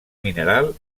mineral